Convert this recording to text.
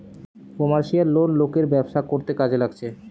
commercial loan লোকের ব্যবসা করতে কাজে লাগছে